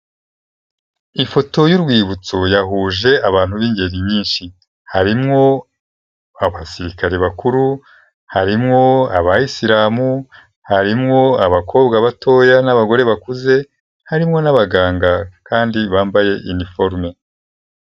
Ifoto y'urwibutso yahuje abantu b'ingeri nyinshi. Harimo abasirikare bakuru, harimo abayisilamu, harimo abakobwa batoya n'abagore bakuze, harimo n'abaganga kandi bambaye uniforme.